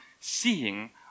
seeing